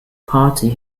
party